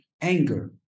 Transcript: anger